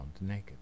naked